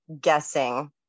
guessing